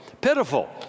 Pitiful